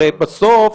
הרי בסוף